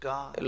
God